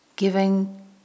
giving